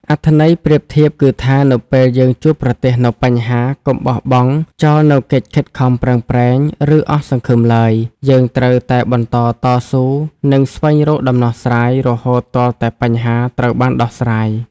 អត្ថន័យប្រៀបធៀបគឺថា នៅពេលយើងជួបប្រទះនូវបញ្ហា កុំបោះបង់ចោលនូវកិច្ចខិតខំប្រឹងប្រែង ឬអស់សង្ឃឹមឡើយ យើងត្រូវតែបន្តតស៊ូ និងស្វែងរកដំណោះស្រាយរហូតទាល់តែបញ្ហាត្រូវបានដោះស្រាយ។